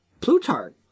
Plutarch